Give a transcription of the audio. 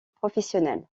professionnel